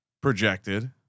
Projected